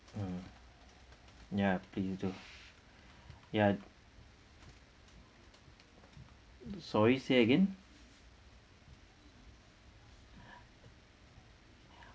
mm ya ya sorry say again